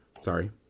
Sorry